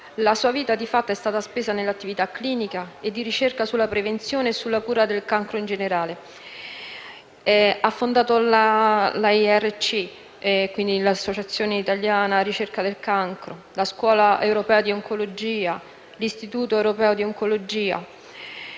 La sua vita, di fatto, è stata spesa nell'attività clinica e di ricerca sulla prevenzione e sulla cura del cancro in generale. Ha fondato l'Associazione italiana per la ricerca sul cancro (AIRC), la Scuola europea di oncologia e l'Istituto europeo di oncologia.